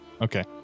Okay